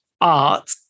art